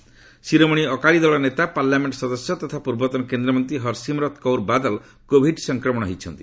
Covid positive Shiromani Akali Dal ନେତା parliament ସଦସ୍ୟ ତଥା ପୂର୍ବତନ କେନ୍ଦ୍ରମନ୍ତ୍ରୀ ହରସିମରତ୍ କୌର ବାଦଲ କୋଭିଡ୍ ସଂକ୍ରମଣ ହୋଇଛନ୍ତି